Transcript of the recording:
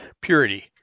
purity